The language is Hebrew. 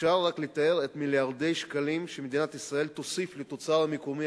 אפשר רק לתאר את מיליארדי השקלים שמדינת ישראל תוסיף לתוצר המקומי